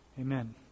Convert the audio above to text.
Amen